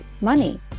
money